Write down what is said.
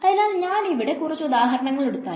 അതിനാൽ ഞാൻ ഇവിടെ കുറച്ച് ഉദാഹരണങ്ങൾ എടുത്താൽ